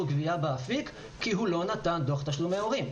גבייה באפיק כי הוא לא נתן דוח תשלומי הורים.